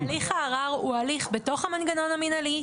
הליך הערר הוא הליך בתוך המנגנון המנהלי,